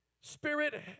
Spirit